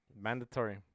Mandatory